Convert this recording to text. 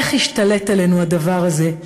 איך השתלט עלינו הדבר הזה,